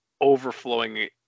overflowing